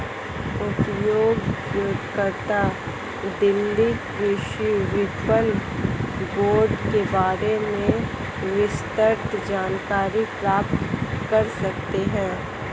उपयोगकर्ता दिल्ली कृषि विपणन बोर्ड के बारे में विस्तृत जानकारी प्राप्त कर सकते है